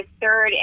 third